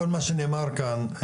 כל מה שנאמר כאן,